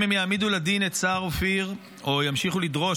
אם הם יעמידו לדין את סער אופיר או ימשיכו לדרוש